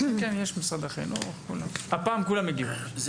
קודם כול, תודה על ההזמנה לדיון, אני חושבת שזה